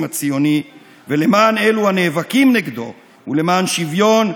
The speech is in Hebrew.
הציוני ולמען אלו הנאבקים נגדו ולמען שוויון,